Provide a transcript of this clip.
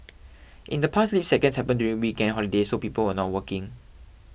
in the past leap seconds happened during weekends holidays so people were not working